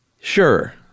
Sure